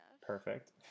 Perfect